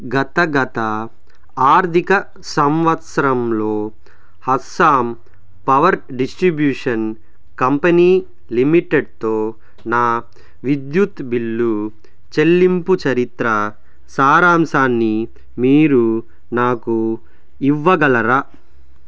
గత గత ఆర్థిక సంవత్సరంలో అస్సాం పవర్ డిస్ట్రిబ్యూషన్ కంపెనీ లిమిటెడ్తో నా విద్యుత్ బిల్లు చెల్లింపు చరిత్ర సారాంశాన్ని మీరు నాకు ఇవ్వగలరా